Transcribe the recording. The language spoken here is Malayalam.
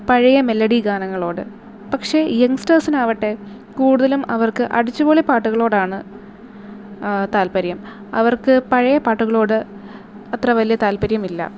പഴയ മെലഡി ഗാനങ്ങളോട് പക്ഷെ യങ്ങ്സ്റ്റെര്സിനാവട്ടെ കൂടുതലും അവര്ക്ക് അടിച്ചുപൊളി പാട്ടുകളോടാണ് താല്പര്യം അവര്ക്ക് പഴയ പാട്ടുകളോട് അത്ര വലിയ താല്പര്യം ഇല്ല